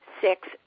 six